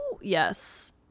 Yes